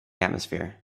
atmosphere